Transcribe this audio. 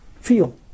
feel